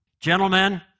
Gentlemen